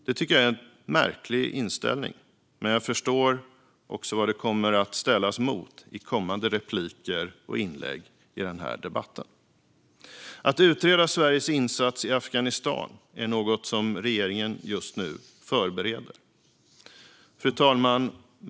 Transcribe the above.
Det tycker jag är en märklig inställning, men jag förstår också vad det kommer att ställas mot i kommande repliker och inlägg i den här debatten. En utredning av Sveriges insats i Afghanistan är något som regeringen just nu förbereder. Fru talman!